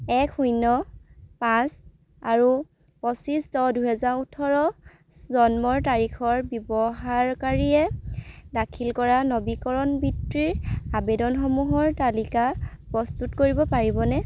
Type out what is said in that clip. এক শূন্য পাঁচ আৰু পঁচিছ দহ দুহেজাৰ ওঠৰ জন্মৰ তাৰিখৰ ব্যৱহাৰকাৰীয়ে দাখিল কৰা নবীকৰণ বৃত্তিৰ আবেদনসমূহৰ তালিকা প্ৰস্তুত কৰিব পাৰিবনে